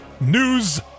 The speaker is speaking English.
news